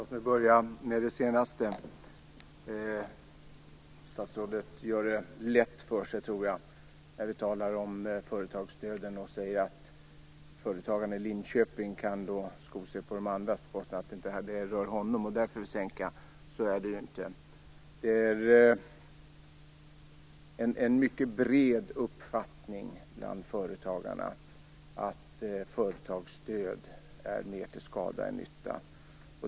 Fru talman! Statsrådet gör det lätt för sig när han talar om företagsstöden. Han sade att företagaren i Linköping kan sko sig på de andra, och eftersom detta inte rör honom är han med på en sänkning. Så är det ju inte. Det är en mycket bred uppfattning bland företagare att företagsstöd är mer till skada än nytta.